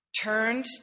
turned